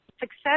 success